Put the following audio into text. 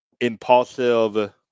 impulsive